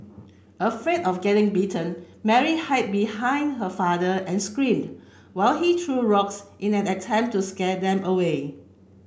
afraid of getting bitten Mary hid behind her father and screamed while he threw rocks in an attempt to scare them away